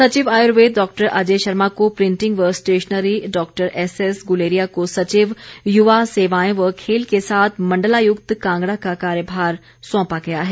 सचिव आय्र्वेद डॉ अजय शर्मा को प्रिंटिंग व स्टेशनरी डॉ एसएस गुलेरिया को सचिव युवा सेवाएं व खेल के साथ मंडलायुक्त कांगड़ा का कार्यभार सौंपा गया है